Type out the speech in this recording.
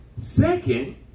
Second